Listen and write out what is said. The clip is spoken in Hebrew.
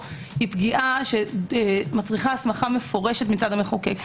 היא פגיעה שמצריכה הסמכה מפורשת מצד המחוקק,